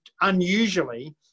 unusually